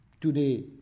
Today